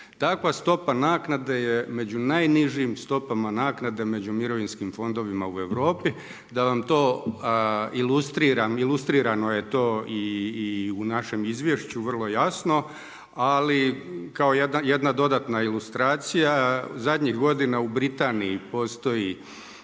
Takva stopa naknade je među najnižim stopama naknade među mirovinskim fondovima u Europi. Da vam to ilustriram, ilustrirano je to i u našem izvješću vrlo jasno. Ali kao jedna dodatna ilustracija, zadnjih godina u Britaniji postoji